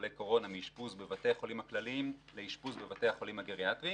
חולי קורונה מאשפוז בבתי חולים הכלליים לאשפוז בבתי החולים הגריאטריים,